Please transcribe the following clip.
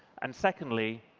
and secondly,